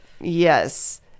yes